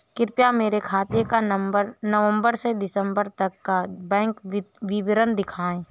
कृपया मेरे खाते का नवम्बर से दिसम्बर तक का बैंक विवरण दिखाएं?